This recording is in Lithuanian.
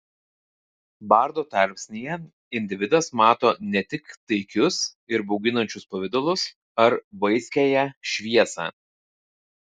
bardo tarpsnyje individas mato ne tik taikius ir bauginančius pavidalus ar vaiskiąją šviesą